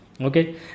okay